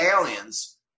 aliens